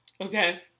Okay